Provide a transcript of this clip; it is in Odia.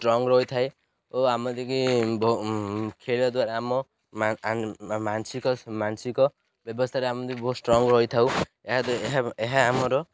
ଷ୍ଟ୍ରଙ୍ଗ ରହିଥାଏ ଓ ଆମ ଦିକି ଖେଳିବା ଦ୍ୱାରା ଆମ ମାନସିକ ବ୍ୟବସ୍ଥାରେ ଆମେ ବହୁତ ଷ୍ଟ୍ରଙ୍ଗ ରହିଥାଉ ଏହା ଏହା ଏହା ଆମର